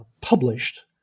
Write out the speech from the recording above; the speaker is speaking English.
published